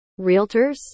realtors